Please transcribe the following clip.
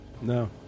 No